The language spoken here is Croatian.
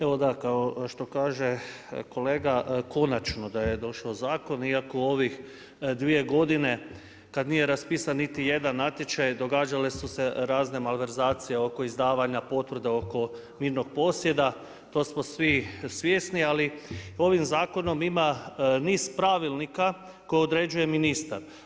Evo da, kao što kaže kolega, konačno da je došao zakon iako ovih 2 godine kad nije raspisan niti jedan natječaj, događale su se razne malverzacije oko izdavanja potvrda oko mirnog posjeda, to smo svi svjesni, ali ovim zakonom ima niz pravilnika koje određuje ministar.